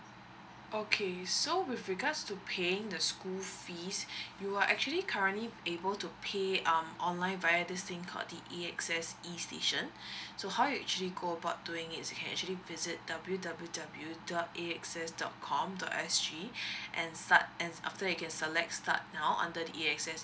okay so with regards to paying the school fees you are actually currently able to pay um online via this thing called the A_X_S E_station so how you actually go about doing it you can actually visit w w w dot A_X_S dot com dot s g and start and after that you can select start now under the A_X_S